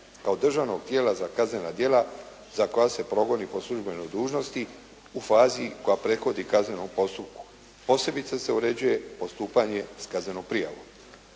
kao državnog tijela za kaznena djela za koja se progoni po službenoj dužnosti u fazi koja prethodi kaznenom postupku. Posebice se uređuje postupanje s kaznenom prijavom.